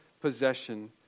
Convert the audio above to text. possession